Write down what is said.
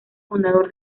fundador